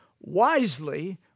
wisely